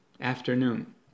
afternoon